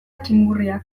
txingurriak